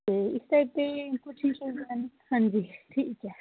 ते इस आस्तै ठीक ऐ हां जी